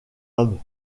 homme